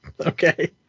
okay